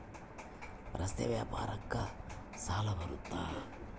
ರಸ್ತೆ ವ್ಯಾಪಾರಕ್ಕ ಸಾಲ ಬರುತ್ತಾ?